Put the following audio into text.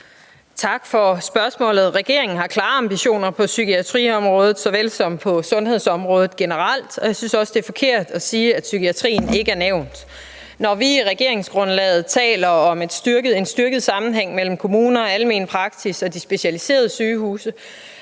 Tak for spørgsmålet. Regeringen har klare ambitioner på psykiatriområdet såvel som på sundhedsområdet generelt, og jeg synes også, det er forkert at sige, at psykiatrien ikke er nævnt. Når vi i regeringsgrundlaget taler om en styrket sammenhæng mellem kommuner og almene praksis og de specialiserede sygehuse,